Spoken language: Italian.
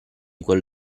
quel